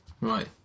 Right